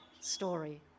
story